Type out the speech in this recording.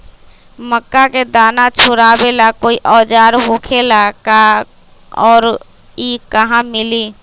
मक्का के दाना छोराबेला कोई औजार होखेला का और इ कहा मिली?